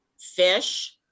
fish